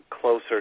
closer